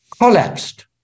collapsed